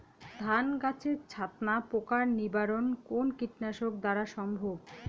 ধান গাছের ছাতনা পোকার নিবারণ কোন কীটনাশক দ্বারা সম্ভব?